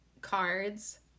cards